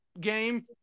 game